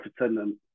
attendant